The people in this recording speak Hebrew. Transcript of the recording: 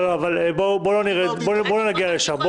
בואו לא נגיע לשם.